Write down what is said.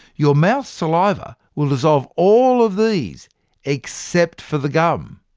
your mouth's saliva will dissolve all of these except for the gum.